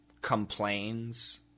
complains